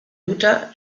mutter